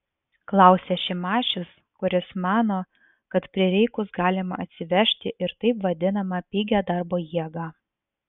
klausia šimašius kuris mano kad prireikus galima atsivežti ir taip vadinamą pigią darbo jėgą